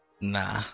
Nah